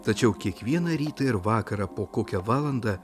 tačiau kiekvieną rytą ir vakarą po kokią valandą